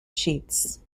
sheets